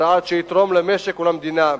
צעד שיתרום למשק המדינה,